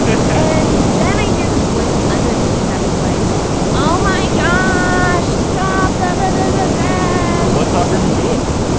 and then i hear this voice from under me that was like oh my gosh, stop! blah blah blah! ah yeah what time were you doing it?